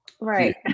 Right